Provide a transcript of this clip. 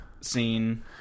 scene